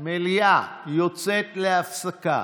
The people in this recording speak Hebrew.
המליאה יוצאת להפסקה